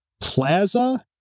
plaza